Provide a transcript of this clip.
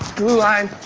blue line,